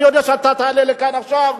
אני יודע שאתה תעלה לכאן עכשיו,